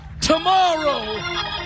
tomorrow